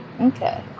Okay